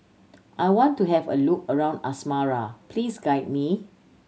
I want to have a look around Asmara please guide me